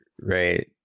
right